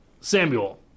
Samuel